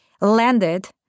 landed